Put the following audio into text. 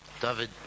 David